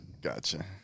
Gotcha